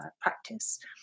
practice